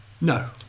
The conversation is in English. No